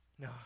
no